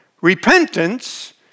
Repentance